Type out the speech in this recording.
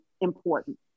important